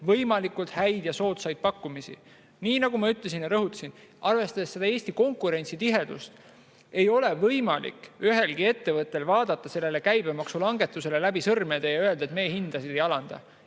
võimalikult häid ja soodsaid pakkumisi. Nii nagu ma ütlesin ja rõhutasin, siis arvestades Eesti konkurentsitihedust ei ole ühelgi ettevõttel võimalik vaadata käibemaksulangetusele läbi sõrmede ja öelda, et meie hindasid ei alanda.